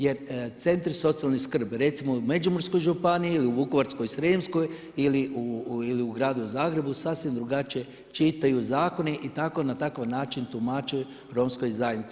Jer centri za socijalnu skrb, recimo u Međimurskoj županiji ili u Vukovarsko-srijemskoj ili u Gradu Zagrebu sasvim drugačije čitaju zakone i tako na takav način tumače romskoj zajednici.